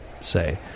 say